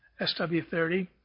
SW30